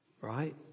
right